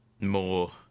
more